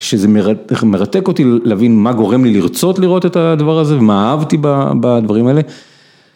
שזה מרתק אותי להבין מה גורם לי לרצות לראות את הדבר הזה ומה אהבתי בדברים האלה